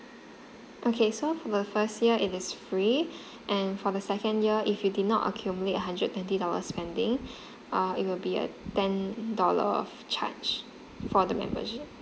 okay so for the first year it is free and for the second year if you did not accumulate a hundred twenty dollar spending uh it will be a ten dollar of charge for the membership